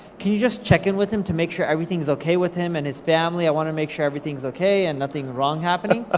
can you just check in with him to make sure everything's okay with him and his family? i wanna make sure everything's okay, and nothing wrong happening. ah